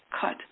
cut